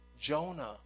Jonah